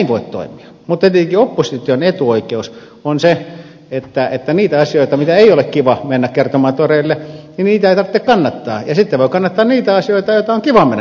mutta tietenkin opposition etuoikeus on se että niitä asioita mitä ei ole kiva mennä kertomaan toreille ei tarvitse kannattaa ja sitten voi kannattaa niitä asioita joita on kiva mennä kertomaan sinne toreille